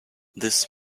this